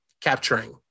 capturing